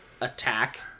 attack